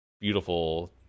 beautiful